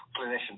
clinicians